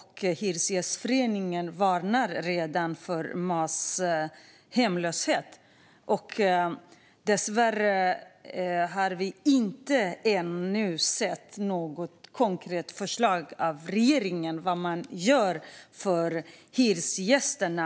Hyresgästföreningen varnar redan för masshemlöshet. Dessvärre har vi ännu inte sett något konkret förslag från regeringen om vad den gör för hyresgästerna.